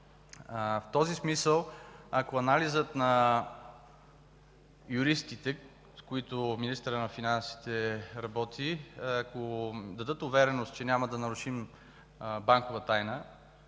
В този смисъл, ако анализът на юристите, с които министърът на финансите работи, даде увереност, че няма да нарушим банкова тайна